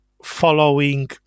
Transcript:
following